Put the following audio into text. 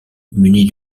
munie